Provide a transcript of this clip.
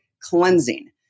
cleansing